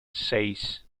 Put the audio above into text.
seis